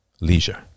leisure